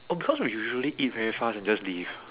oh because we usually eat very fast and just leave